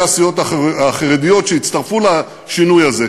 הסיעות החרדיות שהצטרפו לשינוי הזה,